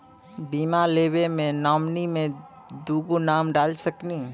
बीमा लेवे मे नॉमिनी मे दुगो नाम डाल सकनी?